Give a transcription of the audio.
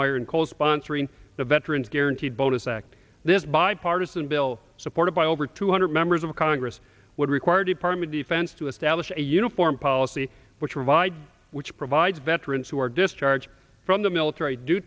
in co sponsoring the veterans guaranteed bonus act this bipartisan bill supported by over two hundred members of congress would require department defense to establish a uniform policy which revived which provides veterans who are discharged from the military d